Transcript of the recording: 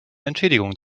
entschädigung